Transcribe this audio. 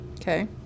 Okay